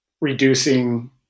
reducing